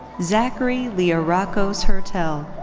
zackary learakos hertel.